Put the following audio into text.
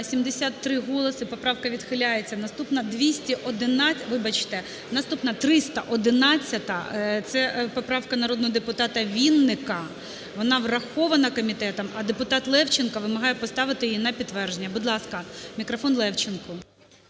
73 голоси, поправка відхиляється. Наступна – 211… Вибачте. Наступна – 311-а. Це поправка народного депутата Вінника. Вона врахована комітетом. А депутат Левченко вимагає поставити її на підтвердження. Будь ласка, мікрофон Левченку.